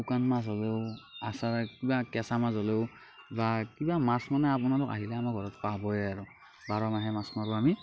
শুকান মাছ হ'লেও আচাৰ কিবা কেঁচা মাছ হ'লেও বা কিবা মাছ মানে আপোনালোক আহিলে আমাৰ ঘৰত পাবই আৰু বাৰ মাহে মাছ মাৰোঁ আমি